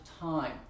time